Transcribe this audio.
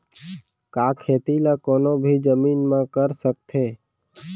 का खेती ला कोनो भी जमीन म कर सकथे?